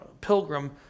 pilgrim